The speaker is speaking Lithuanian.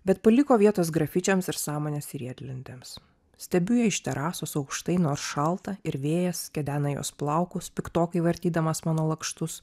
bet paliko vietos grafičiams ir sąmonės riedlentėms stebiu ją iš terasos aukštai nors šalta ir vėjas kedena jos plaukus piktokai vartydamas mano lakštus